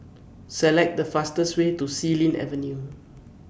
Select The fastest Way to Xilin Avenue